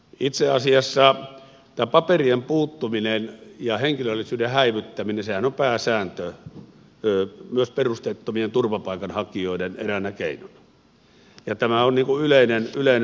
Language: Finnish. itse asiassa tämä paperien puuttuminen ja henkilöllisyyden häivyttäminenhän on pääsääntö myös perusteettomien turvapaikanhakijoiden eräänä keinona ja tämä on yleinen ongelma